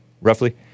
Roughly